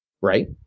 Right